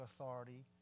authority